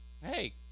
Hey